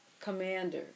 commander